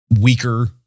weaker